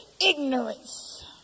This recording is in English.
ignorance